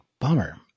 Bummer